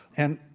and,